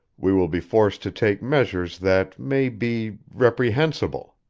we will be forced to take measures that may be reprehensible.